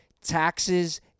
taxes